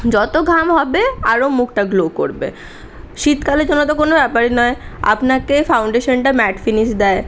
যত ঘাম হবে আরও মুখটা গ্লো করবে শীতকালের জন্য তো কোনো ব্যাপারই নয় আপনাকে ফাউন্ডেশানটা ম্যাট ফিনিশ দেয়